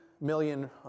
million